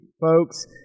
folks